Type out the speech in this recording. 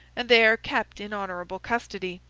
and there kept in honourable custody.